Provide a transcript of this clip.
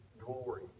glory